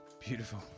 Beautiful